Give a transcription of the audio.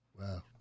Wow